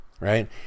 Right